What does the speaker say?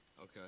Okay